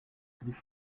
chris